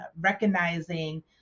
recognizing